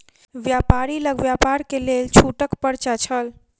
व्यापारी लग व्यापार के लेल छूटक पर्चा छल